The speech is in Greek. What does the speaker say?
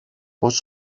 πως